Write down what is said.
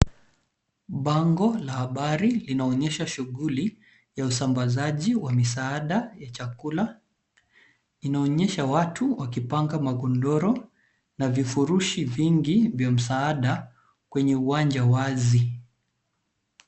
Bango la habari linaonyesha shughuli ya usambazaji wa misaada ya chakula. Inaonyesha watu wakipanga magodoro na vifurushi vingi vya msaada kwenye uwanja wazi.